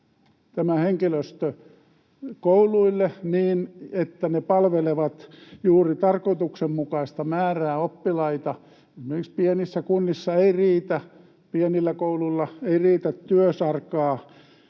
henkilöstö kouluille niin, että he palvelevat juuri tarkoituksenmukaista määrää oppilaita. Esimerkiksi pienissä kunnissa ei riitä, pienillä kouluilla ei riitä työsarkaa